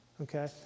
Okay